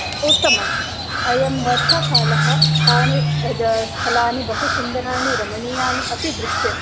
उत्तमं अयं वर्षाकालः तानि स्थलानि बहुसुन्दराणि रमणीयानि अपि दृश्यन्ते